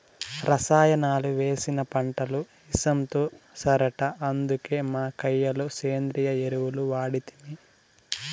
రసాయనాలు వేసిన పంటలు ఇసంతో సరట అందుకే మా కయ్య లో సేంద్రియ ఎరువులు వాడితిమి